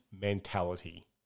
mentality